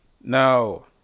now